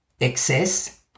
excess